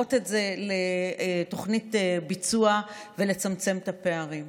לפרוט את זה לתוכנית ביצוע ולצמצם את הפערים.